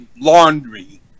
laundry